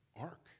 ark